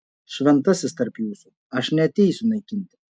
šventasis tarp jūsų aš neateisiu naikinti